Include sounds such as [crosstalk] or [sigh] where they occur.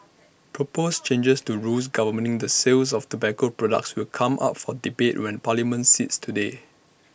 proposed [noise] changes to rules governing the sales of tobacco products will come up for debate when parliament sits today